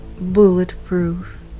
bulletproof